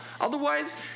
Otherwise—